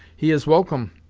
he is welcome.